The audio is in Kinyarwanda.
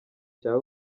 cya